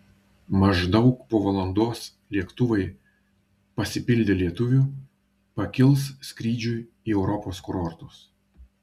maždaug po valandos lėktuvai pasipildę lietuvių pakils skrydžiui į europos kurortus